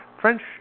French